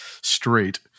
straight